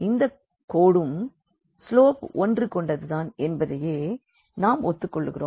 இந்தக் கோடும் ஸ்லோப் 1 கொண்டது தான் என்பதையே நாம் ஒத்துக் கொள்கிறோம்